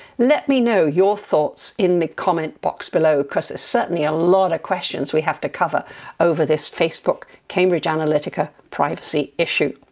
let me know your thoughts in the comment box below, because there's certainly a lot of questions we have to cover over this facebook cambridge analytica privacy issue.